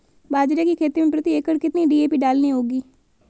बाजरे की खेती में प्रति एकड़ कितनी डी.ए.पी डालनी होगी?